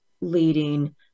leading